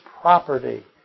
property